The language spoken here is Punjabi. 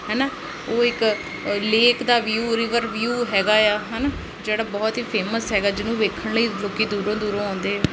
ਹੈ ਨਾ ਉਹ ਇੱਕ ਲੇਕ ਦਾ ਵਿਊ ਰਿਵਰ ਵਿਊ ਹੈਗਾ ਆ ਹੈ ਨਾ ਜਿਹੜਾ ਬਹੁਤ ਹੀ ਫੇਮਸ ਹੈਗਾ ਜਿਹਨੂੰ ਵੇਖਣ ਲਈ ਲੋਕ ਦੂਰੋਂ ਦੂਰੋਂ ਆਉਂਦੇ